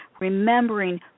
remembering